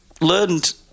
learned